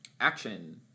Action